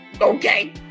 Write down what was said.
Okay